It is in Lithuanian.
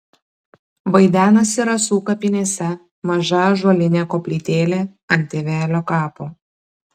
vaidenasi rasų kapinėse maža ąžuolinė koplytėlė ant tėvelio kapo